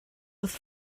wrth